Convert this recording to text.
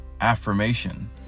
affirmation